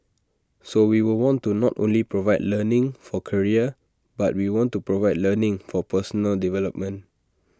so we will want to not only provide learning for career but we want to provide learning for personal development